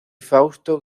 fausto